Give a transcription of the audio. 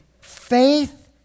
faith